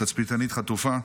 תצפיתנית חטופה,